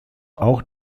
auch